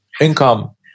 income